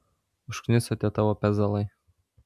užkniso tie tavo pezalai